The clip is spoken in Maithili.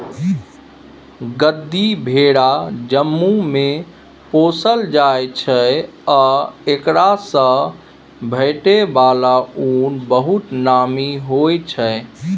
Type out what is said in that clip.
गद्दी भेरा जम्मूमे पोसल जाइ छै आ एकरासँ भेटै बला उन बहुत नामी होइ छै